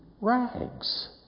rags